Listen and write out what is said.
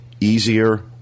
easier